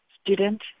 Student